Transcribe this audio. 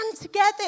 together